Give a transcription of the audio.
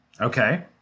Okay